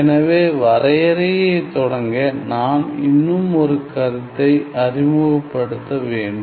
எனவே வரையறையை தொடங்க நான் இன்னும் ஒரு கருத்தை அறிமுகப்படுத்த வேண்டும்